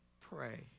pray